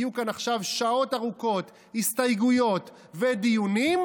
יהיו כאן עכשיו שעות ארוכות הסתייגויות ודיונים,